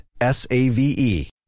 S-A-V-E